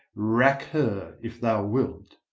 rack her, if thou wilt.